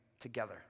together